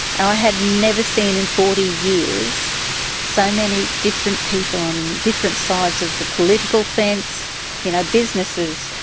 i had never seen in forty years so many different people on different sides of the political fence you know, businesses,